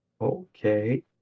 Okay